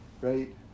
right